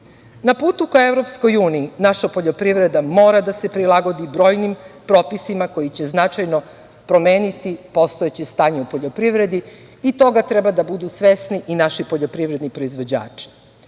putu ka Evropskoj uniji naša poljoprivreda mora da se prilagodi brojnim propisima koji će značajno promeniti postojeće stanje u poljoprivredi i toga treba da budu svesni i naši poljoprivredni proizvođači.I,